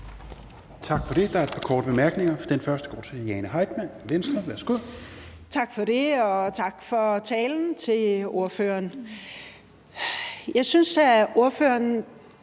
Tak for det. Der er et par korte bemærkninger. Den første går til Jane Heitmann, Venstre. Værsgo. Kl. 10:19 Jane Heitmann (V): Tak for det, og tak for talen til ordføreren. Jeg synes, ordføreren